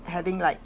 having like